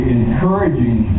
encouraging